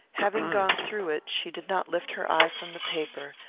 having gone through it, she did not lift her eye from the paper,